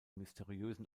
mysteriösen